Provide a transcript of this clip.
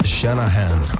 Shanahan